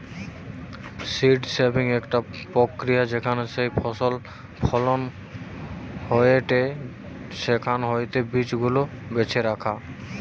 seed saving একটা প্রক্রিয়া যেখানে যেই ফসল ফলন হয়েটে সেখান হইতে বীজ গুলা বেছে রাখা